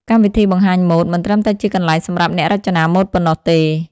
កម្មវិធីបង្ហាញម៉ូដមិនត្រឹមតែជាកន្លែងសម្រាប់អ្នករចនាម៉ូដប៉ុណ្ណោះទេ។